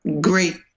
great